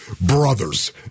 brothers